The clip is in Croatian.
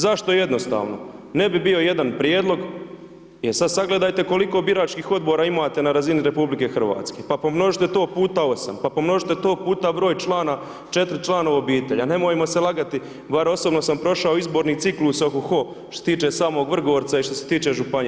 Zašto jednostavno ne bi bio jedan prijedlog, jer sad sagledajte koliko biračkih Odbora imate na razini RH, pa pomnožite to puta osam, pa pomnožite to puta broj člana, četiri člana u obitelji, a nemojmo se lagati, bar osobno sam prošao izborni ciklus ohoho, što se tiče samog Vrgorca i što se tiče županija.